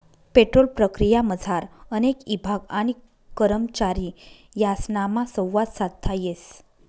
petrol प्रक्रियामझार अनेक ईभाग आणि करमचारी यासनामा संवाद साधता येस